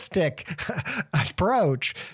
approach